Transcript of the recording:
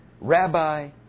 Rabbi